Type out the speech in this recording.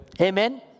Amen